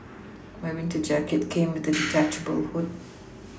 my winter jacket came with a detachable hood